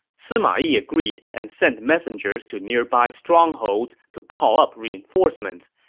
sima yi agreed and sent messengers to nearby strongholds to call up reinforcements.